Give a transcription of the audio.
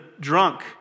drunk